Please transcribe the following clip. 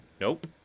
Nope